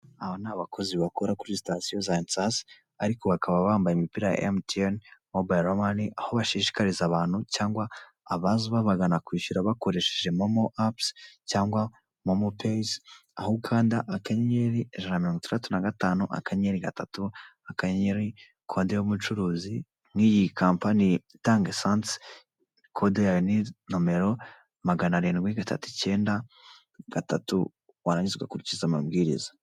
Abo ni abakozi bakora kuri sitatiyo za esasi, ariko bakaba bambaye imipira ya mtn mobile mani, aho bashishikariza abantu cyangwa aba bagana kwishyura bakoresheje momo apusi cyangwa momo pes aho ukanda akenyeri ijana na mirongo itaratu na gatanu akanyeri gatatu akanye kode y'umucuruzi nk'iyi company itanga code yayo ni nomero magana arindwi na gatatu icyenda gatatu warangi ukurikiza amabwiriza.